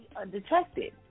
Undetected